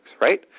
right